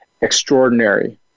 extraordinary